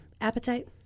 appetite